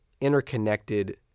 interconnected